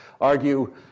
argue